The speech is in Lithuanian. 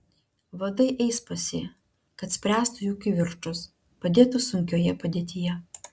vadai eis pas jį kad spręstų jų kivirčus padėtų sunkioje padėtyje